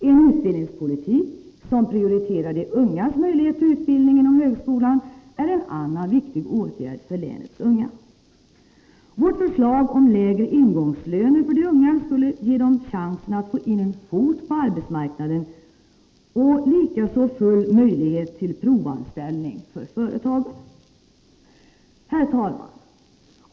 En utbildningspolitik som prioriterar de ungas möjlighet till utbildning inom högskolan är en annan viktig åtgärd för länets unga. Vårt förslag om lägre ingångslöner för de unga skulle ge dem chansen att få in en fot på arbetsmarknaden, liksom full möjlighet till provanställning för företagen. Herr talman!